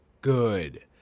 good